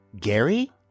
Gary